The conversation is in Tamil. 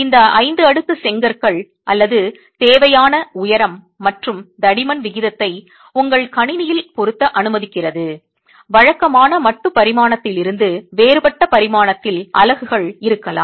இந்த 5 அடுக்கு செங்கற்கள் அல்லது தேவையான உயரம் மற்றும் தடிமன் விகிதத்தை உங்கள் கணினியில் பொருத்த அனுமதிக்கிறது வழக்கமான மட்டு பரிமாணத்திலிருந்து வேறுபட்ட பரிமாணத்தில் அலகுகள் இருக்கலாம்